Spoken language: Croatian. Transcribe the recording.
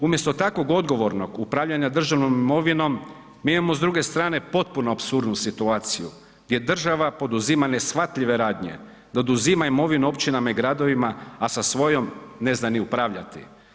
Umjesto takvog odgovornog upravljanja državnom imovinom mi imamo s druge strane potpuno apsurdnu situaciju, gdje država poduzima neshvatljive radnje, da oduzima imovinu općinama i gradovima, a sa svojom ne zna ni upravljati.